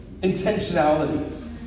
Intentionality